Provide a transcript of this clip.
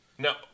No